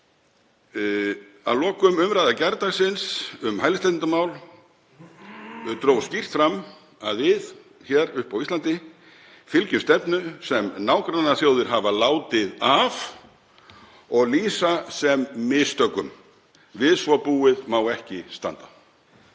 Að lokum: Umræða gærdagsins um hælisleitendamál dró skýrt fram að við hér uppi á Íslandi fylgjum stefnu sem nágrannaþjóðir hafa látið af og lýsa sem mistökum. Við svo búið má ekki standa.